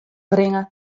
bringe